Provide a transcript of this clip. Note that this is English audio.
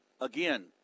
Again